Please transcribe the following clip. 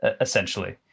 essentially